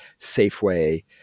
Safeway